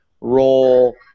role